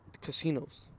casinos